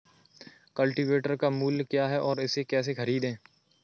Cultivator का मूल्य क्या है और इसे कैसे खरीदें?